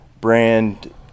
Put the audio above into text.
brand